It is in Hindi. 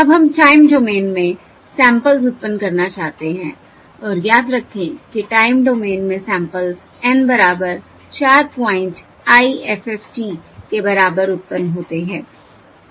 अब हम टाइम डोमेन में सैंपल्स उत्पन्न करना चाहते हैं और याद रखें कि टाइम डोमेन में सैंपल्स N बराबर 4 प्वाइंट IFFT के बराबर उत्पन्न होते हैं